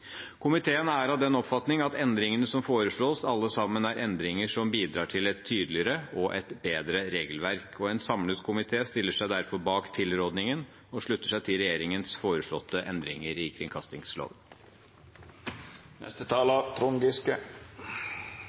Komiteen er av den oppfatning at endringene som foreslås, alle sammen er endringer som bidrar til et tydeligere og bedre regelverk. En samlet komité stiller seg derfor bak tilrådingen og slutter seg til regjeringens foreslåtte endringer i kringkastingsloven.